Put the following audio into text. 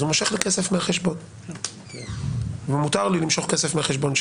אז הוא מושך לי כסף מהחשבון ומותר לי למשוך כסף מהחשבון שלי.